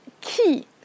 key